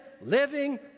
living